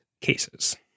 cases